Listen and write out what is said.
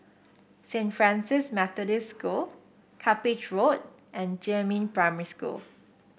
Saint Francis Methodist School Cuppage Road and Jiemin Primary School